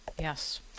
Yes